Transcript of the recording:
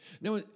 Now